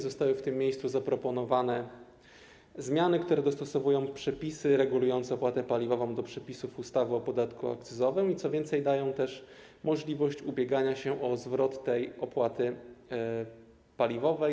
Zostały w tym miejscu zaproponowane zmiany, które dostosowują przepisy regulujące opłatę paliwową do przepisów ustawy o podatku akcyzowym i, co więcej, dają też możliwość ubiegania się o zwrot opłaty paliwowej.